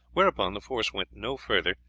whereupon the force went no farther,